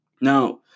Now